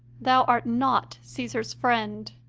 thou art not caesar s friend.